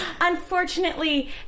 Unfortunately